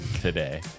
today